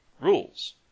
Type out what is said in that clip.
rules